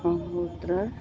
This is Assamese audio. ব্ৰহ্মপুত্ৰৰ